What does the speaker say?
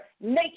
nature